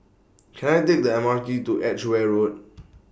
Can I Take The M R T to Edgeware Road